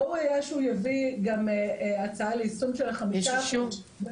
ראוי היה שהוא יביא גם הצעה ליישום של ה-5% גם